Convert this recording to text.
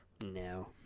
no